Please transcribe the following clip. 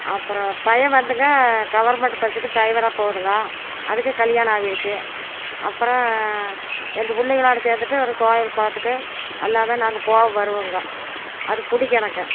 அப்புறோம் பையன் வந்துங்க கவர்மெண்ட் பஸ்ஸுக்கு ட்ரைவராக போகுதுங்க அதுக்கு கல்யாணம் ஆவிருச்சு அப்புறோம் எங்கள் பிள்ளைங்களோட சேர்ந்துட்டு ஒரு கோயில் குளத்துக்கு எல்லாமே நாங்கள் போவோம் வருவோங்க அது பிடிக்கும் எனக்கு